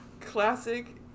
Classic